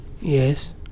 Yes